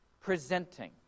presenting